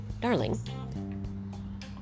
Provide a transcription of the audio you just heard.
darling